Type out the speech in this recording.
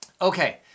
Okay